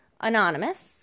Anonymous